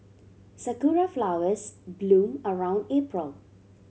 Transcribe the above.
Sakura flowers bloom around April